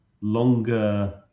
longer